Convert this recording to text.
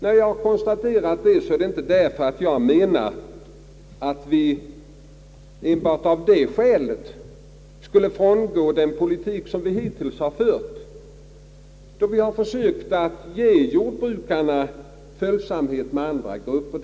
När jag konstaterar detta är det inte därför att jag menar att vi enbart av det skälet skulle frångå den politik som vi hittills har fört och genom vilken vi har försökt att åstadkomma följsamhet för jordbrukarna i förhållande till andra grupper.